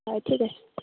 হয় ঠিক আছে